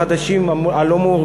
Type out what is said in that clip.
העובדים החדשים הלא-מאורגנים,